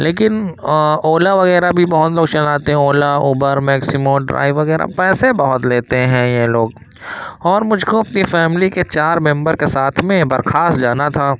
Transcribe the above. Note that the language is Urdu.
لیکن اولا وغیرہ بھی بہت لوگ چلاتے ہیں اولا اوبر میکسمو ڈرائیو وغیرہ پیسے بہت لیتے ہیں یہ لوگ اور مجھ کو اپنی فیملی کے چار ممبر کے ساتھ میں برکھاس جانا تھا